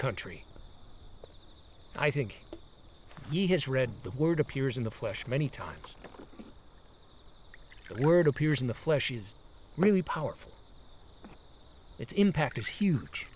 country i think he has read the word appears in the flesh many times the word appears in the flesh is really powerful its impact is huge